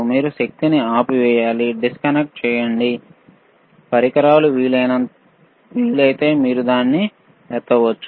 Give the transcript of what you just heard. మీరు శక్తిని ఆపివేయాలి పరికరాన్ని డిస్కనెక్ట్ చేయండి ఆపై మీరు దాన్ని ఎత్తవచ్చు